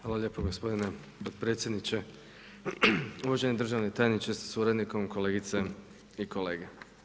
Hvala lijepo gospodine podpredsjedniče, uvaženi državni tajniče sa suradnikom, kolegice i kolege.